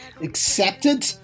accepted